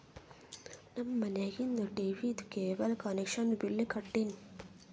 ನಮ್ ಮನ್ಯಾಗಿಂದ್ ಟೀವೀದು ಕೇಬಲ್ ಕನೆಕ್ಷನ್ದು ಬಿಲ್ ಕಟ್ಟಿನ್